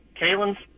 Kalen's